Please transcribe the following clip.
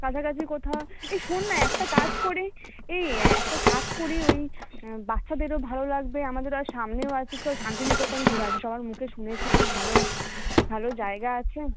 কাছাকাছি কোথাও এই শোন না একটা কাজ করি এই একটা কাজ করি ওই বাচ্চাদেরও ভালো লাগবে আমাদেরও আর সামনেও চ শান্তিনিকেতন ঘুরে আসি সবার মুখে শুনেছি খুব ভালো ভালো জায়গা আছে